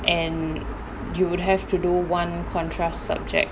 and you would have to do one contrast subject